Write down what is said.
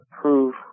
proof